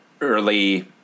early